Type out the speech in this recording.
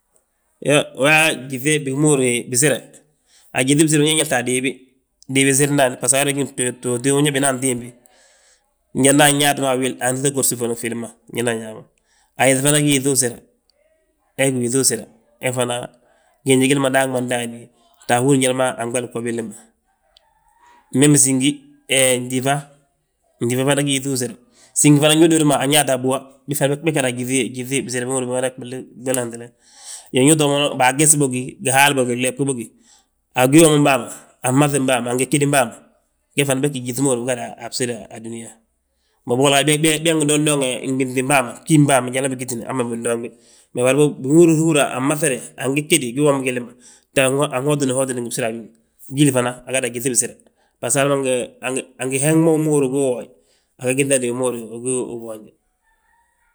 Iyo, uyaa gyíŧe bigi ma húri bisire, a gyíŧi bisire ñe ngaŧta a diibi, diibi siri ndaani, bbaso ayal btooti nyaa bina antimbi. Jandi anyaatu a wil, antíta gorsi foloŋ ffil ma, jandi anyaa wi. Ayefi fana gí yíŧi usire, he gí yíŧi usire he fana, giinj gilli ma daangi ma ndaani. Ta ahúri njali ma anɓali bgo billi ma, mem síngi, he njífa, njífa fana gí yíŧi usire. Síŋ fana ndu udud ma nyaata a búwa, bég gada a gyíŧi bisire bigi ma húrin yaa. Iyo, ndu utoo mo baa, gyes bógi, gihaali bógi, léɓu bógi. A gii womim bàa ma, a fmaŧim bàa ma, agegegim bàa ma, bég fana bégi gyíŧi ma húri yaa bigada a bsire a dúniyaa. Mbo bigolla gaaj bége ngi ndoŋdoŋe nginŧim bàa ma, bgím bàa ma njali ma bigitini hamma bindoŋ bi. anmaŧade, angegegi gii womi gilli ma, tee anhotindi hotinde ngi bsire a bi, jíli fana agada a gyíŧi bisire, bbasgo hali ma angi heeŋ mo wi ma húri yaa ngu uwoye, aga gíŧande wi ma húri yaa ngu uboonje.